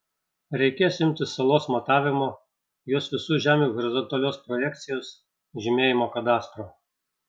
reikės imtis salos matavimo jos visų žemių horizontalios projekcijos žymėjimo kadastro